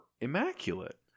immaculate